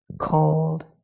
cold